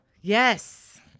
Yes